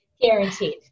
Guaranteed